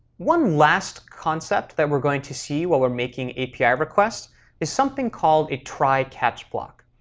one last concept that we're going to see while we're making api requests is something called a try, catch block.